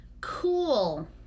Cool